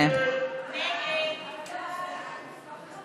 14. ההסתייגות (14) של חברי הכנסת אורלי לוי אבקסיס,